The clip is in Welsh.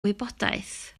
wybodaeth